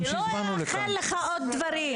אבל יש גם עוד שאלה,